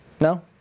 No